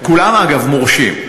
כולם, אגב, מורשים.